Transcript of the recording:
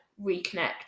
reconnect